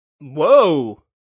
Whoa